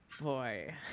boy